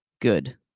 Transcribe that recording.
good